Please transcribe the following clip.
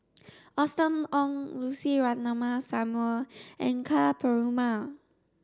Austen Ong Lucy Ratnammah Samuel and Ka Perumal